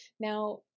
now